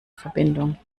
verbindung